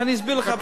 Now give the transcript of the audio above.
כשאסביר לך,